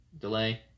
Delay